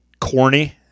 Corny